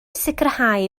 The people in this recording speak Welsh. sicrhau